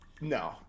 No